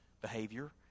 behavior